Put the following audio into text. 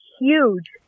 huge